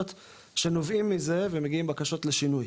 שנובעים מזה ומגיעים בקשות לשינוי,